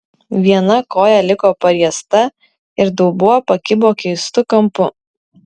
viena koja liko pariesta ir dubuo pakibo keistu kampu